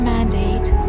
Mandate